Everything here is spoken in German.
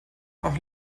auch